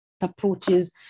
approaches